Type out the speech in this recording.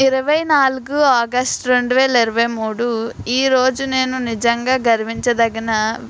ఇరవై నాలుగు ఆగస్ట్ రెండు వేల ఇరవై మూడు ఈ రోజు నేను నిజంగా గర్వించదగిన